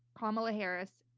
kamala harris,